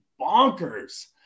bonkers